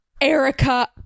Erica